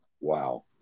wow